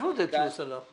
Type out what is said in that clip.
איפה עודד פלוס הלך?